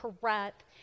correct